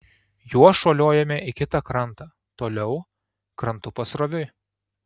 juo šuoliuojame į kitą krantą toliau krantu pasroviui